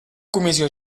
comissió